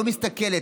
לא מסתכלת,